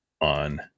on